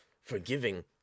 Forgiving